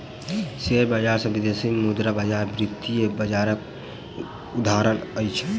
share बजार आ विदेशी मुद्रा बजार वित्तीय बजारक उदाहरण अछि